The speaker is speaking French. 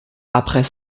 après